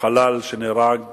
לחלל שנהרג כתוצאה,